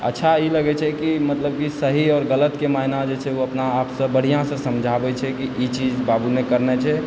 अच्छा ई लगय छै कि मतलब कि सही आओर गलतके मायना जे छै ओ अपनाआपके सभ बढ़िआँ से समझाबय छै कि ई चीज बाबु नहि करना छै